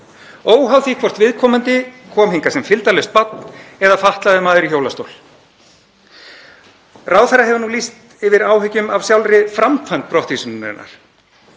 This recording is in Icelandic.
óháð því hvort viðkomandi kom hingað sem fylgdarlaust barn eða fatlaður maður í hjólastól. Ráðherra hefur lýst yfir áhyggjum af sjálfri framkvæmd brottvísunarinnar